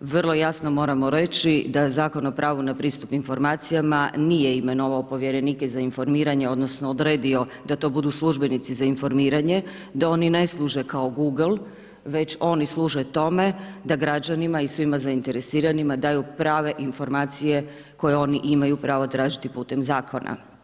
vrlo jasno moramo reći da zakon o pravu na pristup informacijama nije imenovao povjerenike za informiranje odnosno odredio da to budu službenici za informiranje, da oni ne služe kao Google, već oni služe tome da građanima i svima zainteresiranima daju prave informacije koje oni imaju pravo tražiti putem zakona.